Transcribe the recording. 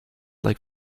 like